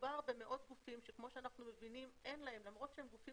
מדובר במאות גופים שלמרות שהם גופים